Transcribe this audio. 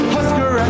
Husker